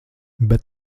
bet